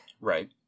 Right